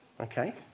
Okay